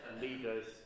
leaders